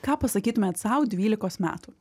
ką pasakytumėt sau dvylikos metų